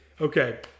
Okay